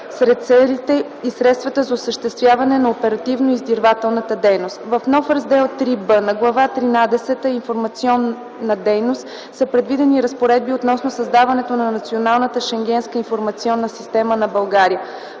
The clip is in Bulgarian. сред целите и средствата за осъществяване на оперативно-издирвателната дейност. В нов раздел III б на Глава тринадесета „Информационна дейност” са предвидени разпоредби относно създаването на Националната Шенгенска информационна система на България.